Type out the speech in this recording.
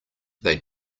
they